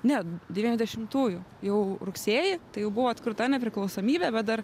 ne devyiadešimtųjų jau rugsėjį tai jau buvo atkurta nepriklausomybė bet dar